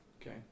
Okay